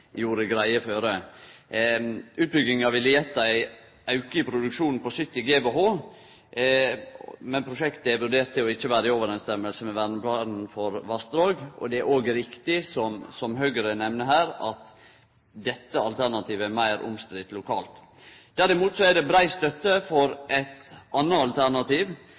gjorde greie for. Utbygginga ville gjeve ein auke i produksjonen på 70 GWh, men prosjektet er vurdert til ikkje å vere i samsvar med Verneplanen for vassdrag. Det er òg riktig, som Høgre nemner her, at dette alternativet er meir omstridt lokalt. Derimot er det brei støtte for eit anna